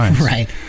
right